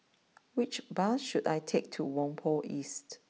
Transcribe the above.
which bus should I take to Whampoa East